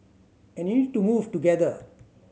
and you need to move together